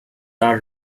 are